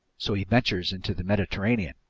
so he ventures into the mediterranean?